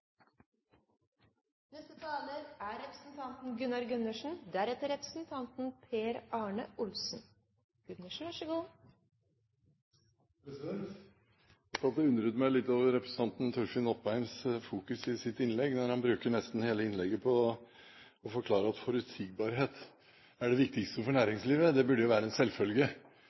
og undret meg litt over representanten Torfinn Opheims fokus i sitt innlegg, når han bruker nesten hele innlegget på å forklare at forutsigbarhet er det viktigste for næringslivet. Det burde jo være en selvfølge.